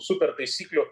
super taisyklių